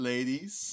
Ladies